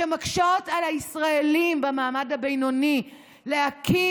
שמקשות על הישראלים במעמד הבינוני להקים